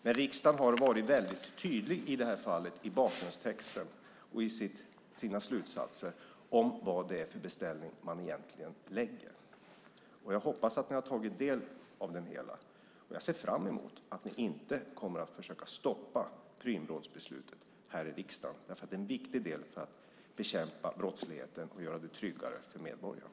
Men riksdagen har i det här fallet varit väldigt tydlig i bakgrundstexten och i sina slutsatser om vad det är för beställning man egentligen lägger. Jag hoppas att ni har tagit del av det. Jag ser fram emot att ni inte kommer att försöka stoppa Prümrådsbeslutet här i riksdagen, därför att det är en viktig del i att bekämpa brottsligheten och göra det tryggare för medborgarna.